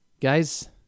Guys